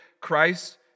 Christ